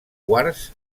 quars